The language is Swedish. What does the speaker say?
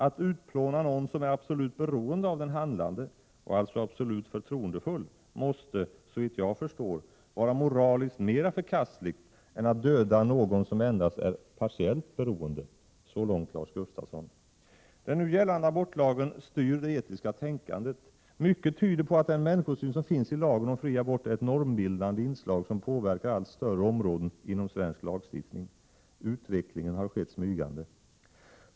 Att utplåna någon som är absolut beroende av den handlande måste, såvitt jag förstår, vara moraliskt mera förkastligt än att döda någon som endast är partiellt beroende.” Så långt Lars Gustafsson. Den nu gällande abortlagen styr det etiska tänkandet. Mycket tyder på att den människosyn som finns i lagen om fri abort är ett normbildande inslag som påverkar allt större områden inom svensk lagstiftning. Utvecklingen har skett smygande.